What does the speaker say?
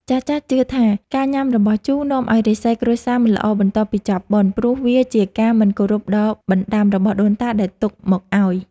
ចាស់ៗជឿថាការញ៉ាំរបស់ជូរនាំឱ្យរាសីគ្រួសារមិនល្អបន្ទាប់ពីចប់បុណ្យ ព្រោះវាជាការមិនគោរពដល់បណ្តាំរបស់ដូនតាដែលទុកមកឱ្យ។